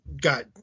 got